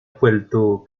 puerto